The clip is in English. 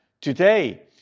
today